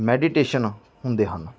meditation ਹੁੰਦੇ ਹਨ